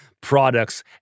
products